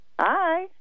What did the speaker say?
hi